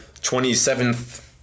27th